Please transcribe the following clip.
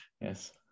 Yes